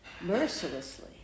mercilessly